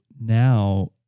now